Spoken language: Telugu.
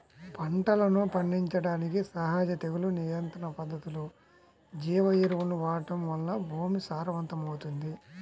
పంటలను పండించడానికి సహజ తెగులు నియంత్రణ పద్ధతులు, జీవ ఎరువులను వాడటం వలన భూమి సారవంతమవుతుంది